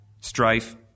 strife